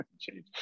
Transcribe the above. change